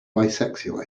bisexual